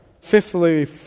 Fifthly